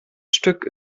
stück